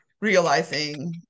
realizing